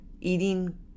Eating